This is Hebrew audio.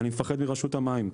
אני מפחד מרשות המים,